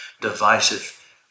divisive